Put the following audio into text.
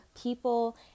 people